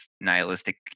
nihilistic